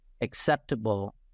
acceptable